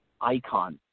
Icon